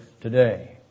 today